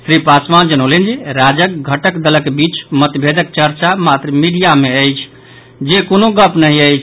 श्री पासवान जनौलनि जे राजगक घटक दलक बीच मतभेदक चर्चा मात्र मीडिया मे भऽ रहल अछि जे कोनो गप नहि अछि